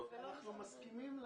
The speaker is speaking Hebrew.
אנחנו מסכימים לעקרונות.